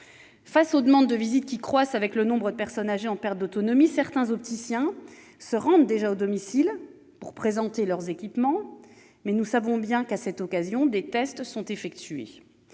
? Les demandes de visites augmentant avec le nombre de personnes âgées en perte d'autonomie, certains opticiens se rendent déjà à domicile pour présenter leurs équipements. Nous savons bien que, à cette occasion, des tests sont effectués.